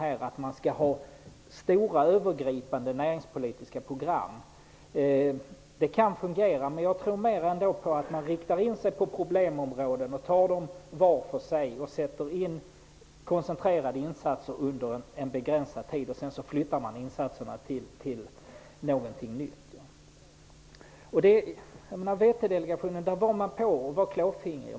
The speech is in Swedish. De vill ha stora övergripande näringspolitiska program. Det kan fungera, men jag tror mer på att man riktar in sig på vissa problemområden, tar dem var för sig, koncentrerar insatserna under en begränsad tid och sedan flyttar dem till något annat område. VT-delegation var klåfingrig.